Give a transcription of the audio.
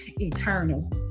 eternal